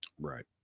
Right